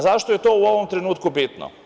Zašto je to u ovom trenutku bitno?